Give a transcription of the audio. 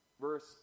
Verse